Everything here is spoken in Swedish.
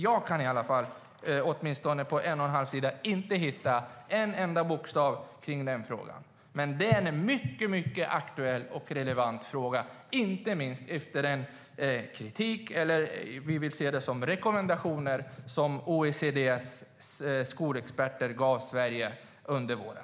Jag kan åtminstone inte på de en och en halv sida som svaret omfattar hitta ett enda ord om den saken. Det är en mycket aktuell och relevant fråga, inte minst efter den kritik, eller som vi hellre ser det, den rekommendation som OECD:s skolexperter gav Sverige under våren.